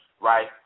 right